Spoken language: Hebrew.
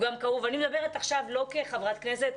אני מדברת עכשיו לא כחברת כנסת,